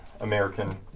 American